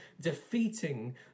defeating